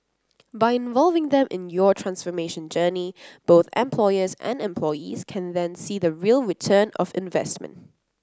by involving them in your transformation journey both employers and employees can then see the real return of investment